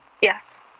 Yes